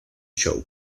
show